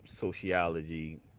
sociology